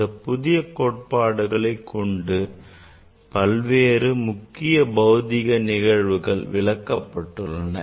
இந்த புதிய கோட்பாடுகளை கொண்டு பல்வேறு முக்கிய பௌதிக நிகழ்வுகள் விளக்கப்பட்டுள்ளன